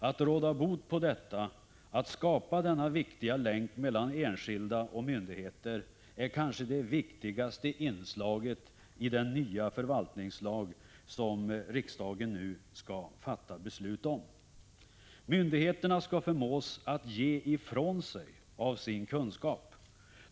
Att råda bot på detta, att skapa denna viktiga länk mellan enskilda och myndigheter är kanske det viktigaste inslaget i den nya förvaltningslag som riksdagen nu skall fatta beslut om. Myndigheterna skall förmås att ge ifrån sig av sin kunskap.